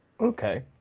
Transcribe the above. Okay